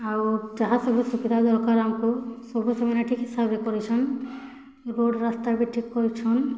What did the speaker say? ଆଉ ଯାହା ସବୁ ସୁବିଧା ଦରକାର୍ ଆମ୍କୁ ସବୁ ସେମାନେ ଠିକ୍ ହିସାବରେ କରିଛନ୍ ଏ ରୋଡ଼୍ ରାସ୍ତା ବି ଠିକ୍ କରିଛନ୍